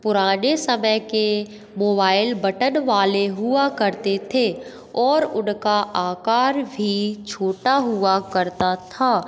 पुराने समय के मोबाइल बटन वाले हुआ करते थे और उनका आकार भी छोटा हुआ करता था